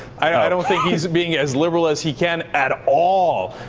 i don't think he's being as liberal as he can at all.